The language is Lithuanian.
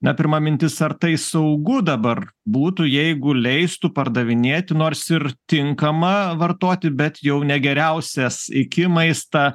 ne pirma mintis ar tai saugu dabar būtų jeigu leistų pardavinėti nors ir tinkamą vartoti bet jau ne geriausias iki maistą